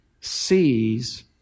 sees